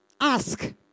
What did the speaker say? Ask